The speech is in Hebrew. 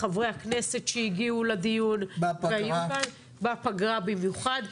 לחברי הכנסת שהגיעו לדיון בפגרה במיוחד,